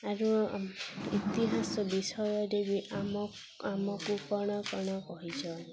ଆରୁ ଇତିହାସ ବିଷୟରେବି ଆମ ଆମକୁ କ'ଣ କ'ଣ କହିଛ